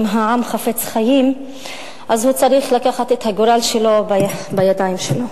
אם העם חפץ חיים אז הוא צריך לקחת את הגורל שלו בידיים שלו.